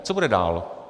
Co bude dál?